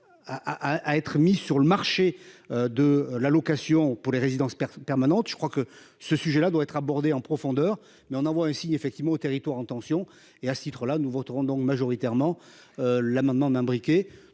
à être mise sur le marché de l'allocation pour les résidences permanentes. Je crois que ce sujet-là doit être abordé en profondeur mais on envoie ainsi effectivement aux territoires en tension et à ce titre-là nous voterons donc majoritairement. L'amendement d'imbriquer